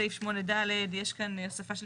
בסעיף 8(ד) יש כאן הוספה של